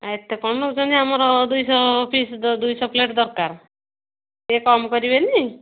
ଆ ଏତେ କ'ଣ ନଉଛନ୍ତି ଆମର ଦୁଇଶହ ପିସ୍ ଦୁଇଶହ ପ୍ଲେଟ୍ ଦରକାର ଟିକିଏ କମ୍ କରିବେନି